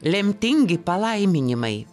lemtingi palaiminimai